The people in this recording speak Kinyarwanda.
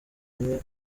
kumwe